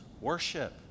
worship